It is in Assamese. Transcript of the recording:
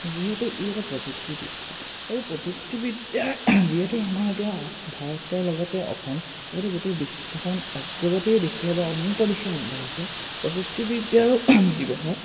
যিহেতু ই এটা প্ৰযুক্তিবিদ্যা আৰু প্ৰযুক্তিবিদ্যাৰ যিহেতু আমাৰ এতিয়া ভাৰতৰ লগতে অসম লগতে গোটেই বিশ্বখন অগ্ৰগতিৰ দিশেৰে বা উন্নত দিশেৰে আগবাঢ়িছে প্ৰযুক্তিবিদ্যাৰো ব্যৱহাৰ